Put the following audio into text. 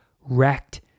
wrecked